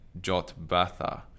Jotbatha